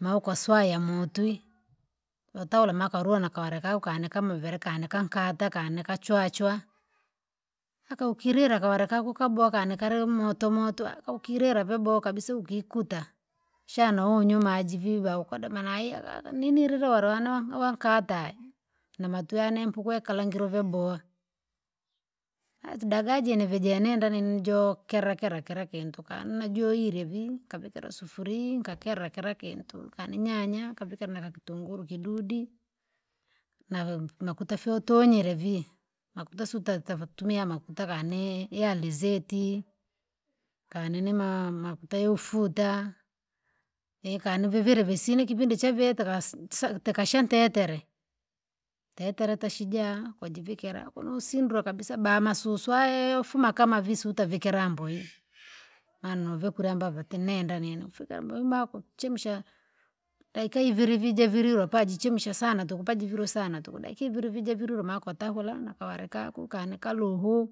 ma ukaswaya motwi, ukatola makaluwa na kaware kako kanikamu muviri kanika nkaata kanika chwachwa. Aka ukilila kaware kano kabowa kanikale umoto motwa kaukirila vyabowa kabisa ukikuta, shana unywe maji vii vaukadoma naye akaka nini lilolwa nkatae. Namatwane mpukwe kalangire uvyabowa, azdagaje nivije nenda nini jo- kerakera kira kintu kanajoile vii kavikira sufurii nkakera kira kintu, kaninyanya, kavikira nakakitunguru kidudi. nak- makuta fyotonyere vii, makuta sutatavatumia makuta kanee ya alizeti, kanini maa makuta youfuta, ekani niviviri visina ikipindi chaveta kasi sa- tikashantetera. Tetere teshija! Kujivikira kunosindra kabisa bamasusuae ufuma kama visu utavikera mboi, ano vikuliamba vete nenda nene fikira boima kuchemsha, daika iviri vije javirirwa pa jichemshe sana tuku pa jivire sana tuku daki vilije vililwa ma ukatahula naka ware kako kani kaluhu.